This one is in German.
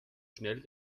schnell